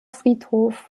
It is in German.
friedhof